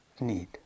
need